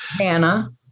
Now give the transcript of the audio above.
Anna